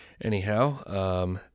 Anyhow